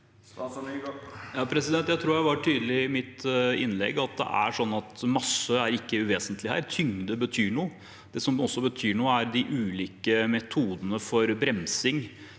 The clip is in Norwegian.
Jeg tror jeg var tydelig i mitt innlegg på at masse ikke er uvesentlig. Tyngde betyr noe. Det som også betyr noe, er de ulike metodene for bremsing